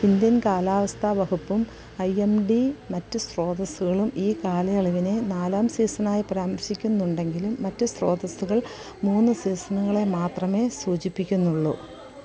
Indian കാലാവസ്ഥാ വകുപ്പും I M D മറ്റ് സ്രോതസ്സുകളും ഈ കാലയളവിനെ നാലാം സീസണ് ആയി പരാമർശിക്കുന്നുണ്ടെങ്കിലും മറ്റ് സ്രോതസ്സുകൾ മൂന്ന് സീസണുകളെ മാത്രമേ സൂചിപ്പിക്കുന്നുള്ളൂ